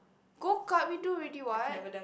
go kart we do already what